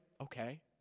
okay